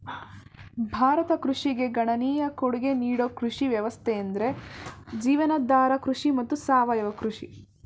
ಭಾರತ ಕೃಷಿಗೆ ಗಣನೀಯ ಕೊಡ್ಗೆ ನೀಡೋ ಕೃಷಿ ವ್ಯವಸ್ಥೆಯೆಂದ್ರೆ ಜೀವನಾಧಾರ ಕೃಷಿ ಮತ್ತು ಸಾವಯವ ಕೃಷಿ